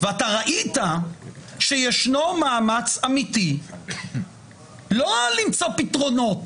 ואתה ראית שיש מאמץ אמיתי לא למצוא פתרונות